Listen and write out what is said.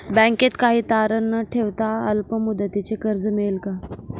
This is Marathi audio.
बँकेत काही तारण न ठेवता अल्प मुदतीचे कर्ज मिळेल का?